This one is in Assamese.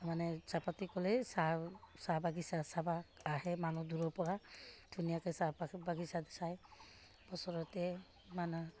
মানে চাহপাত ক'লেই চাহ চাহ বাগিচা চাব আহে মানুহ দূৰৰপৰা ধুনীয়াকৈ চাহ বাগিচাত চায় বছৰতে মানে